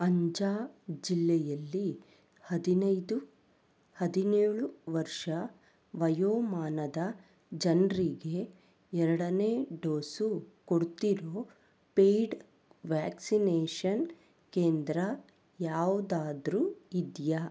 ಅಂಜಾ ಜಿಲ್ಲೆಯಲ್ಲಿ ಹದಿನೈದು ಹದಿನೇಳು ವರ್ಷ ವಯೋಮಾನದ ಜನರಿಗೆ ಎರಡನೇ ಡೋಸ್ ಕೊಡ್ತಿರೋ ಪೇಯ್ಡ್ ವ್ಯಾಕ್ಸಿನೇಷನ್ ಕೇಂದ್ರ ಯಾವುದಾದ್ರೂ ಇದೆಯಾ